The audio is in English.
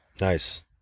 Nice